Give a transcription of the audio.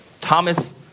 Thomas